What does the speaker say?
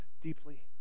deeply